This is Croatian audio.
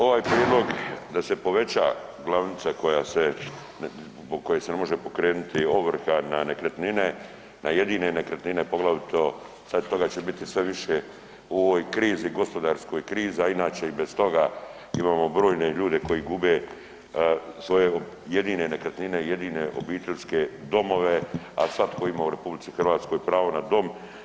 Ovaj prijedlog da se poveća glavnica zbog koje se ne može pokrenuti ovrha na nekretnine na jedine nekretnine poglavito sada će toga biti sve više u ovoj krizi, gospodarskoj krizi, a inače i bez toga imamo brojne ljude koji gube svoje jedine nekretnine, jedine obiteljske domove, a svatko ima u RH pravo na dom.